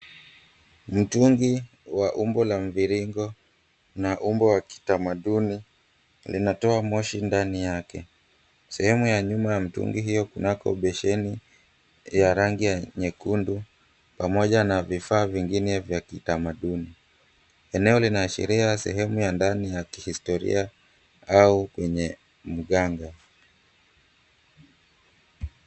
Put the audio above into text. Mtungi wa umbo la mviringo, na umbo wa kitamaduni, linatoa moshi ndani yake. Sehemu ya nyuma ya mtungi hiyo kunako besheni ya rangi ya nyekundu, pamoja na vifaa vingine vya kitamaduni. Eneo linaashiria sehemu ya ndani ya kihistoria, au kwenye mganga.